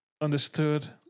understood